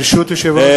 ברשות יושב-ראש